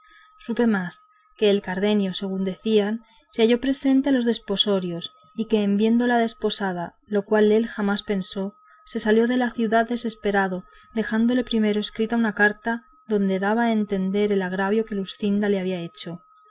supe más que el cardenio según decían se halló presente en los desposorios y que en viéndola desposada lo cual él jamás pensó se salió de la ciudad desesperado dejándole primero escrita una carta donde daba a entender el agravio que